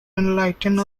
enlighten